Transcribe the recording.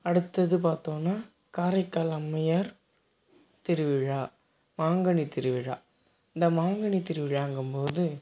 அடுத்தது பார்த்தோன்னா காரைக்கால் அம்மையார் திருவிழா மாங்கனி திருவிழா இந்த மாங்கனி திருவிழாங்கும்போது